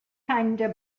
kinda